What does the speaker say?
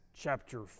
chapter